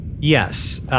Yes